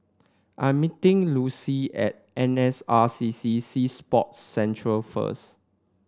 I'm meeting Lucile at N S R C C Sea Sports Centre first